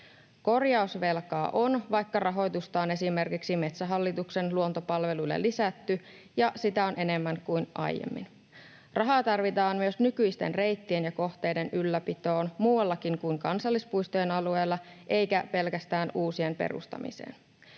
Korjausvelkaa on, vaikka rahoitusta on esimerkiksi Metsähallituksen luontopalveluille lisätty ja sitä on enemmän kuin aiemmin. Rahaa tarvitaan myös nykyisten reittien ja kohteiden ylläpitoon muuallakin kuin kansallispuistojen alueella, eikä pelkästään uusien perustamiseen.